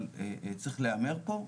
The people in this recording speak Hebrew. אבל צריך להיאמר פה,